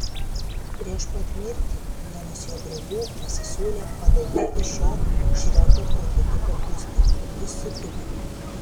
prieš pat mirtį vienas jo draugų pasisiūlė padaryti šio šreko prototipo biustą ir jis sutiko